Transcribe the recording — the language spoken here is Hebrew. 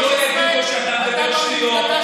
ולא יגידו שאתה מדבר שטויות,